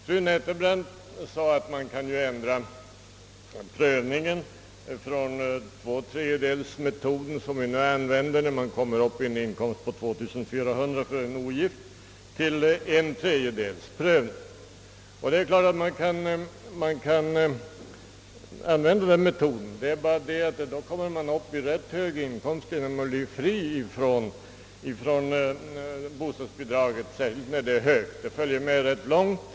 Fru Nettelbrandt sade att man kan ändra prövningen så att man i stället för tvåtredjedelsmetoden, som nu användes vid en inkomst på 2 400 för en ogift person, övergår till entredjedelsmetoden. Det är klart att så kan ske, men då måste det bli fråga om rätt höga inkomster innan man blir fri från bostadsbidraget, särskilt när det är relativt stort och alltså följer med ganska långt.